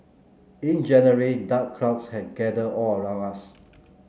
in January dark clouds had gathered all around us